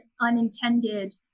unintended